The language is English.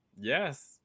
yes